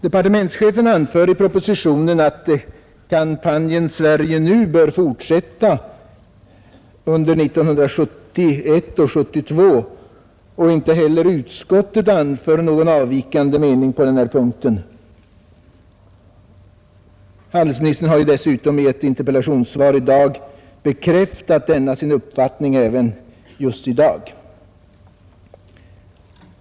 Departementschefen anför i propositionen att kampanjen Sverige Nu bör fortsätta under åren 1971 och 1972. Inte heller utskottet anför någon avvikande mening på den punkten. Handelsministern har ju dessutom i ett interpellationssvar just i dag bekräftat denna sin uppfattning.